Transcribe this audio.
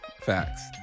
Facts